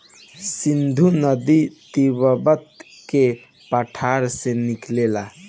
सिन्धु नदी तिब्बत के पठार से निकलेला